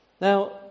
Now